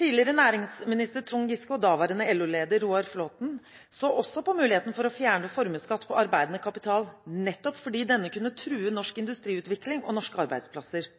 Tidligere næringsminister Trond Giske og daværende LO-leder Roar Flåthen så også på muligheten for å fjerne formuesskatt på arbeidende kapital, nettopp fordi denne kunne true norsk industriutvikling og norske arbeidsplasser,